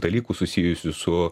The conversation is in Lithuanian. dalykų susijusių su